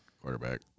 quarterback